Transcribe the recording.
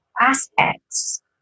aspects